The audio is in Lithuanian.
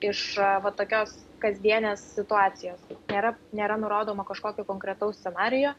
iš va tokios kasdienės situacijos nėra nėra nurodoma kažkokio konkretaus scenarijo